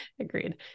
agreed